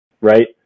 right